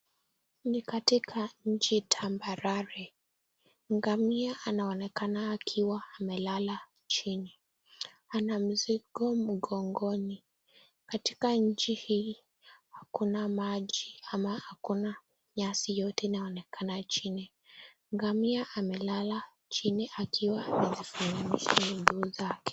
Ni katika nchi tambarare. Ngamia anaonekana akiwa amelala chini. Ana mzigo mgongoni. Katika nchi hii, hakuna maji ama hakuna nyasi yoyote inayoonekana chini. Ngamia amelala chini akiwa amezifurusha miguu zake.